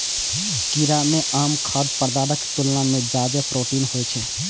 कीड़ा मे आम खाद्य पदार्थक तुलना मे जादे प्रोटीन होइ छै